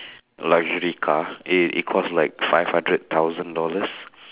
luxury car yeah it cost like five hundred thousand dollars